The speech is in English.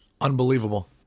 Unbelievable